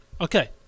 Okay